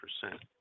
percent